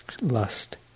lust